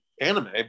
anime